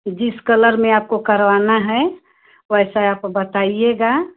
तो जिस कलर में आपको करवाना है वैसा आप बताइएगा